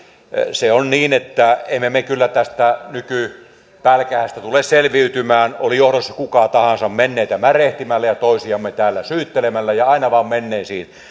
se on niin että emme me me kyllä tästä nykypälkähästä tule selviytymään oli johdossa kuka tahansa menneitä märehtimällä ja toisiamme täällä syyttelemällä ja aina vaan menneisiin